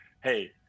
hey